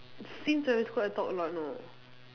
since primary school I talk a lot know